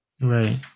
Right